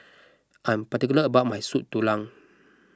I'm particular about my Soup Tulang